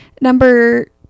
Number